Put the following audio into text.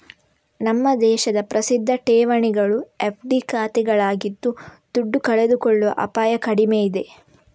ನಮ್ಮ ದೇಶದ ಪ್ರಸಿದ್ಧ ಠೇವಣಿಗಳು ಎಫ್.ಡಿ ಖಾತೆಗಳಾಗಿದ್ದು ದುಡ್ಡು ಕಳೆದುಕೊಳ್ಳುವ ಅಪಾಯ ಕಡಿಮೆ ಇದೆ